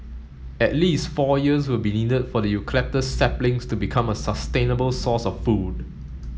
at least four years will be needed for the eucalyptus saplings to become a sustainable source of food